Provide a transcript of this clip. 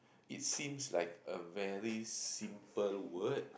it seems like a very simple word